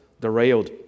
derailed